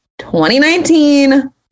2019